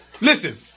listen